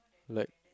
like